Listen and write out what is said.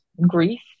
grief